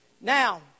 Now